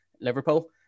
liverpool